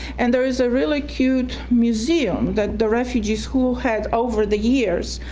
and there is a really cute museum that the refugees who had over the years,